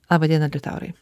laba diena liutaurai